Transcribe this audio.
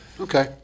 Okay